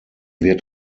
wird